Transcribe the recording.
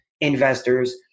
investors